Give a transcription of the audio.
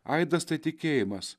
aidas tai tikėjimas